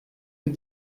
les